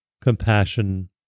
compassion